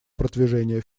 продвижения